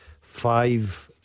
five